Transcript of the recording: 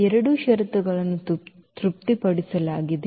ಎರಡೂ ಷರತ್ತುಗಳನ್ನು ತೃಪ್ತಿಪಡಿಸಲಾಗಿದೆ